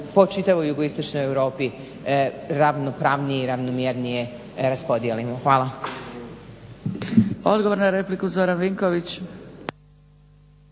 po čitavoj Jugoistočnoj Europi ravnopravnije i ravnomjernije raspodijelimo. Hvala. **Zgrebec, Dragica (SDP)** Odgovor na repliku Zoran Vinković.